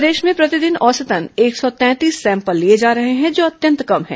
प्रदेश में प्रतिदिन औसतन एक सौ तैंतीस सैंपल लिए जा रहे हैं जो अत्यंत कम है